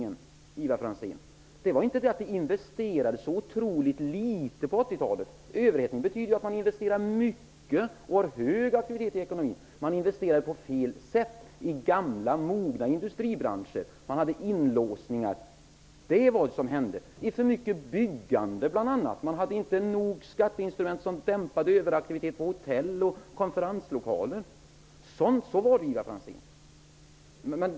Det var inte fråga om att det investerades otroligt litet på 80-talet. Överhettningen betydde att det investerades mycket och att det var hög aktivitet i ekonomin. Men det investerades på fel sätt i gamla mogna industribranscher. Det blev inlåsningar. Bl.a. var det för mycket byggande. Det fanns inte skatteinstrument som dämpade överaktiviteten på hotell och konferenslokaler. Så var det, Ivar Franzén.